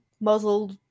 muzzled